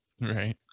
Right